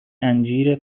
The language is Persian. انجیر